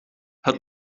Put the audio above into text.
het